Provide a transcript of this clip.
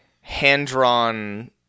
hand-drawn